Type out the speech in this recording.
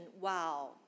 wow